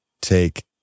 take